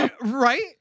Right